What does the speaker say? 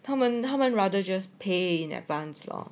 他们他们 rather just pay in advance lor